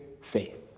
faith